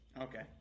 okay